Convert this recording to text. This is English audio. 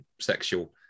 sexual